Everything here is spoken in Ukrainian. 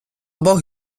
бог